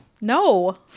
No